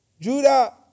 Judah